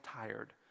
tired